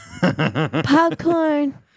Popcorn